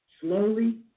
slowly